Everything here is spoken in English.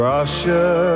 Russia